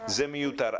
זה מיותר.